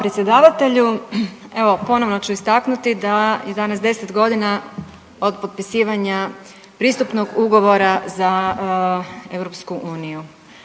Hvala predsjedavatelju. Evo, ponovno ću istaknuti da je danas 10 godina od potpisivanja pristupnog ugovora za EU.